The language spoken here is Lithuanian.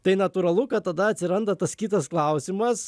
tai natūralu kad tada atsiranda tas kitas klausimas